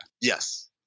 yes